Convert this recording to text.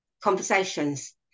conversations